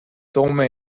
toome